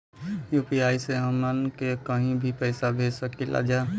UPI से हमहन के कहीं भी पैसा भेज सकीला जा?